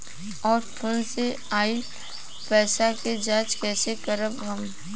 और फोन से आईल पैसा के जांच कैसे करब हम?